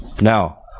now